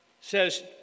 says